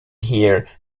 here